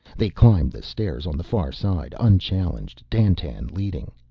they climbed the stairs on the far side unchallenged, dandtan leading.